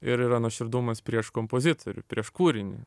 ir yra nuoširdumas prieš kompozitorių prieš kūrinį